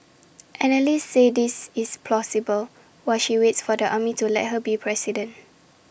analysts say this is plausible while she waits for the army to let her be president